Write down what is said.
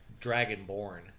dragonborn